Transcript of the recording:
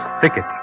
thicket